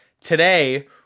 Today